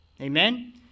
Amen